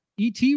et